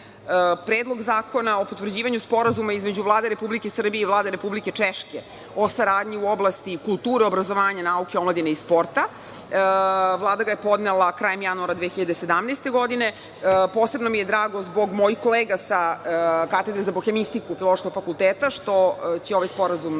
zakona o potvrđivanju Sporazuma između Vlade Republike Srbije i Vlade Republike Češke o saradnji u oblasti kulture, obrazovanja, nauke, omladine i sporta, Vlada ga je podnela krajem januara 2017. godine. Posebno mi je drago zbog mojih kolega sa katedre za bohemistiku Filološkog fakulteta što će ovaj sporazum